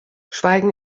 schweigen